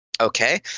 Okay